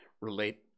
relate